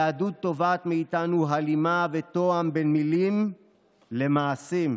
היהדות תובעת מאיתנו הלימה ותואם בין מילים למעשים,